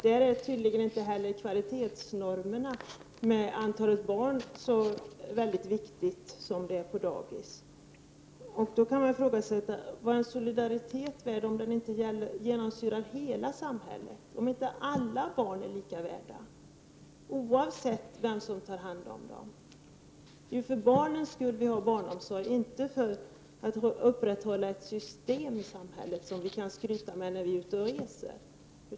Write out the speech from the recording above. Där är tydligen inte kvalitetsnormerna och antalet barn så väldigt viktiga som på dagis. Då kan man fråga sig: Vad är solidaritet värd om den inte genomsyrar hela samhället och om inte alla barn är lika värda, oavsett vem som tar hand om dem? Det är för barnens skull som vi har barnomsorg, inte för att upprätthålla ett system i samhället som vi kan skryta med när vi är ute och reser.